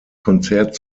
konzert